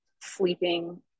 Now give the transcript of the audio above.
sleeping